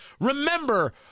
Remember